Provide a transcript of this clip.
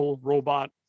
robot